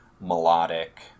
melodic